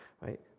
right